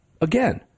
Again